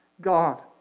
God